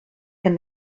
can